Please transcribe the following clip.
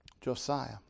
Josiah